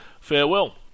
Farewell